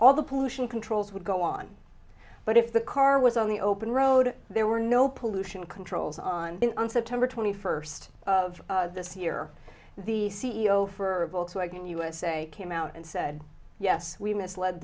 all the pollution controls would go on but if the car was on the open road there were no pollution controls on on september twenty first of this year the c e o for volkswagen usa came out and said yes we misled